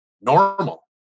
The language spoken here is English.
normal